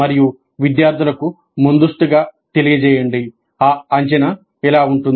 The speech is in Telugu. మరియు విద్యార్థులకు ముందస్తుగా తెలియజేయండి ఆ అంచనా ఇలా ఉంటుంది